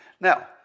Now